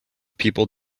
people